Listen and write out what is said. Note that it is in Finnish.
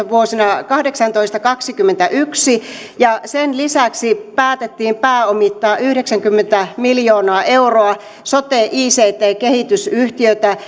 vuosina kahdeksantoista viiva kaksikymmentäyksi ja sen lisäksi päätettiin pääomittaa yhdeksänkymmentä miljoonaa euroa sote ict kehitysyhtiötä